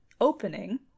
opening